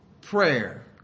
prayer